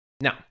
Now